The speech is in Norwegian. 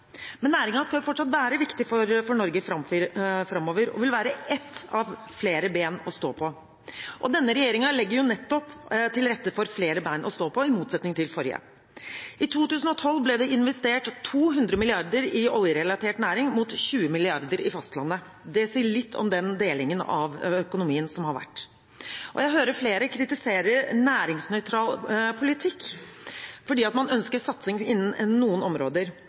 Men næringen skal fortsatt være viktig for Norge framover og vil være ett av flere bein å stå på. Denne regjeringen legger nettopp til rette for flere bein å stå på i motsetning til forrige. I 2012 ble det investert 200 mrd. kr i oljerelatert næring mot 20 mrd. kr på fastlandet. Det sier litt om den delingen av økonomien som har vært. Jeg hører flere kritisere næringsnøytral politikk fordi man ønsker satsing innen noen områder.